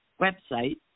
website